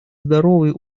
здоровый